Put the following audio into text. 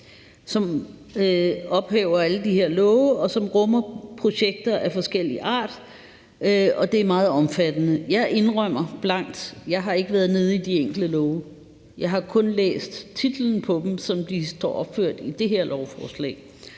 som ophæver alle de her love, og som rummer projekter af forskellig art, og det er meget omfattende. Jeg indrømmer blankt, at jeg ikke har været nede i de enkelte love; jeg har kun læst titlen på dem, som de står opført i det her lovforslag.